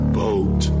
boat